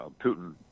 putin